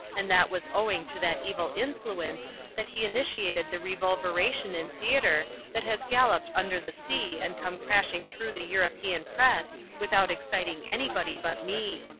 and that was owing to that evil influence that he initiated the revolveration in theater that has galloped under the sea and come crashing through the european press without exciting anybody but me.